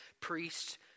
priests